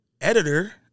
editor